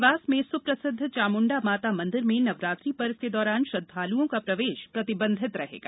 देवास में सुप्रसिद्ध चामुंडा माता मंदिर में नवरात्रि पर्व के दौरान श्रद्धालुओं का प्रवेश प्रतिबंधित रहेगा